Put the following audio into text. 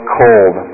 cold